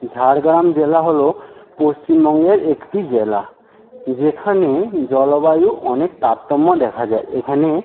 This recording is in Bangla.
ঝাড়গ্রাম জেলা হলো পশ্চিমবঙ্গের একটি জেলা যেখানে জলবায়ু অনেক তারতম্য দেখা যায় এখানে